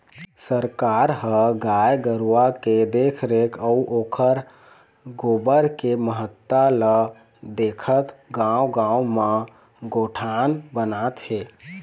सरकार ह गाय गरुवा के देखरेख अउ ओखर गोबर के महत्ता ल देखत गाँव गाँव म गोठान बनात हे